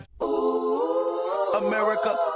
America